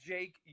Jake